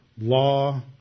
law